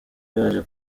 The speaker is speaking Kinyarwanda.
yaje